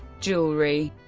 jewelry